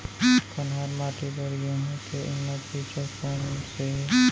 कन्हार माटी बर गेहूँ के उन्नत बीजा कोन से हे?